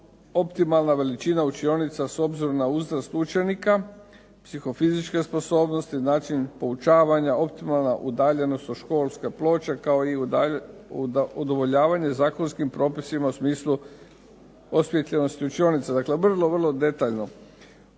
optimalna veličina učionica, s obzirom na uzrast učenika, psihofizičke sposobnosti, način poučavanja, optimalna udaljenost od školske ploče, kao i udovoljavanje zakonskim propisima u smislu osvijetljenosti učionica. Dakle vrlo, vrlo detaljno,